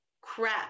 crap